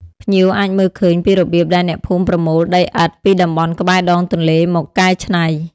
ភ្ញៀវអាចមើលឃើញពីរបៀបដែលអ្នកភូមិប្រមូល ដីឥដ្ឋ ពីតំបន់ក្បែរដងទន្លេមកកែច្នៃ។